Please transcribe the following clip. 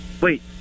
Wait